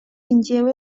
njyewe